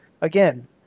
Again